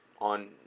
on